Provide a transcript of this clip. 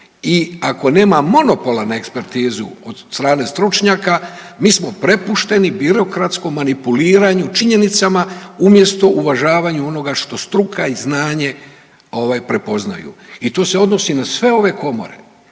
i ako nema monopola na ekspertizu od strane stručnjaka mi smo prepušteni birokratskom manipuliranju činjenicama umjesto uvažavanju onoga što struka i znanje ovaj prepoznaju i to se odnosi na sve ove komore.